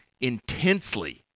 intensely